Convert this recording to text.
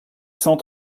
cent